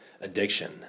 addiction